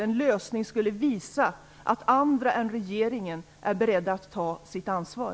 En lösning skulle visa att andra än regeringen är beredda att ta sitt ansvar.